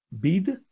bid